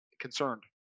Concerned